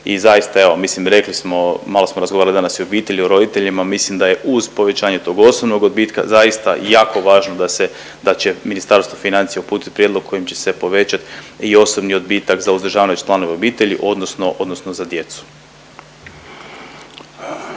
i zaista evo mislim rekli smo malo smo razgovarali danas i o obitelji i o roditeljima. Mislim da je uz povećanje tog osobnog odbitka zaista jako važno da se, da će Ministarstvo financija uputit prijedlog kojim će se povećat i osobni odbitak za uzdržavanje članove obitelji, odnosno, odnosno